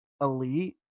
elite